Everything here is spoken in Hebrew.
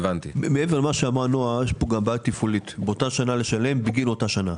מעבר למה שאמרנו יש פה גם בעיה תפעולית באותה שנה לשלם בגין אותה שנה.